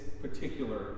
particular